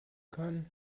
kann